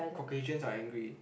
Caucasians are angry